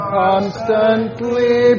constantly